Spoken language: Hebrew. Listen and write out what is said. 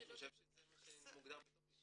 אני חושב שזה מוגדר במבחני התמיכה.